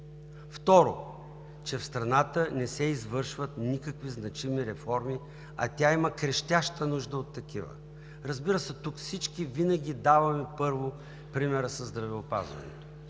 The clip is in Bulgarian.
Второ, че в страната не се извършват никакви значими реформи, а тя има крещяща нужда от такива. Разбира се, тук всички винаги първо даваме примера със здравеопазването,